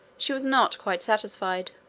she was not quite satisfied.